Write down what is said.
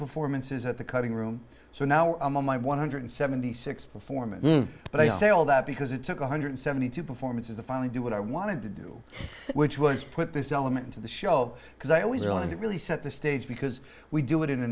performances at the cutting room so now i'm on my one hundred seventy six performance but i say all that because it took one hundred seventy two performances to finally do what i wanted to do which was put this element into the show because i always wanted to really set the stage because we do it in a